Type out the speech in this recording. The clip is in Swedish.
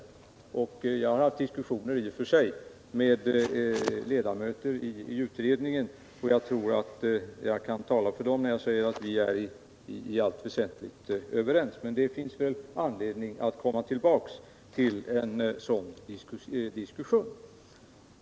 I och för sig har jag haft diskussioner med ledamöter i utredningen, och jag tror jag kan tala för dem när jag säger att vi i allt väsentligt är överens. Men det finns väl anledning att komma till en sådan diskussion.